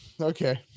Okay